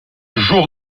jour